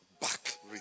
back